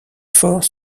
forts